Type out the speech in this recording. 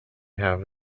have